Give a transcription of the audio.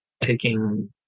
taking